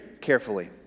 carefully